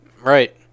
Right